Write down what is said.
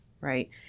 right